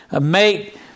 make